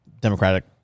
Democratic